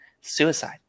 suicide